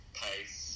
pace